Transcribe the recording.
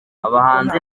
abahanzi